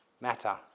matter